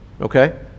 okay